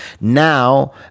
Now